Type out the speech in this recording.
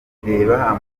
reba